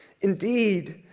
Indeed